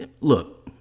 look